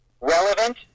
relevant